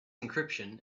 encryption